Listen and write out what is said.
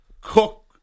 cook